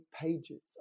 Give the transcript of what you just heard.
pages